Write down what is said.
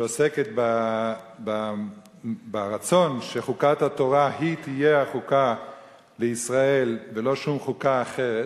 שעוסקת ברצון שחוקת התורה תהיה החוקה לישראל ולא שום חוקה אחרת,